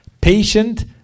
patient